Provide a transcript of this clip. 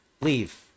leave